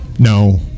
No